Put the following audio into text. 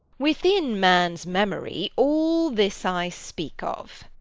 within man's memory, all this i speak of.